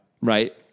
Right